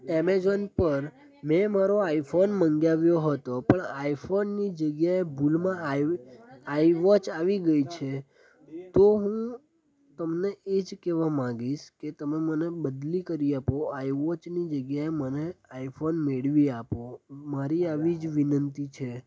Amazon પર મેં મારો આઈફોન મંગાવ્યો હતો પણ આઈફોનની જગ્યાએ ભૂલમાં આઇવોચ આવી ગઈ છે તો હું તમને એ જ કહેવા માગીશ તમે મને બદલી કરી આપો આઇવોચની જગ્યાએ મને આઈફોન મેળવી આપો મારી આવી જ વિનંતી છે